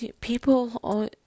People